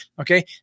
okay